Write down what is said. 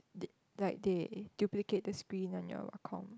they like they duplicate the screen on your com